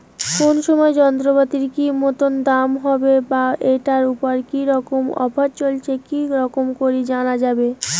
কোন সময় যন্ত্রপাতির কি মতন দাম হবে বা ঐটার উপর কি রকম অফার চলছে কি রকম করি জানা যাবে?